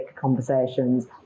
conversations